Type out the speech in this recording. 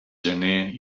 gener